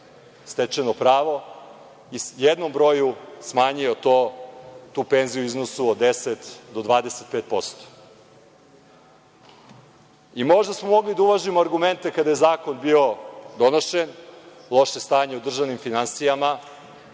stečeno pravo i u jednom broju smanjio to, tu penziju u iznosu od 10% do 25%.Možda smo mogli da uvažimo argumente kada je zakon bio donošen, u loše stanje u državnim finansijama